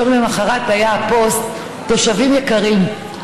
יום למוחרת היה פוסט: תושבים יקרים,